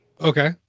Okay